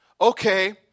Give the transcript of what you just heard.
Okay